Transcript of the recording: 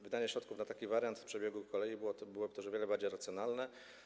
Wydanie środków na taki wariant przebiegu kolei byłoby też o wiele bardziej racjonalne.